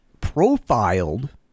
profiled